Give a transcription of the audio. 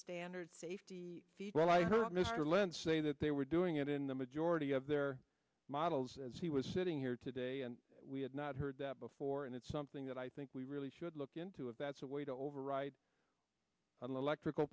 standard safety when i heard mr lentz say that they were doing it in the majority of their models as he was sitting here today and we had not heard that before and it's something that i think we really should look into it that's a way to override the electrical